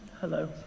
Hello